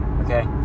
okay